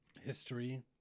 history